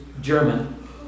German